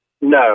No